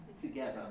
together